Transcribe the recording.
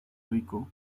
rico